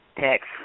text